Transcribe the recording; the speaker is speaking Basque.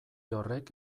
horrek